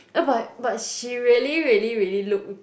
uh but but she really really really look